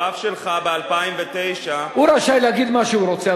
בגרף שלך ב-2009, הוא רשאי להגיד מה שהוא רוצה.